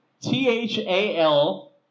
T-H-A-L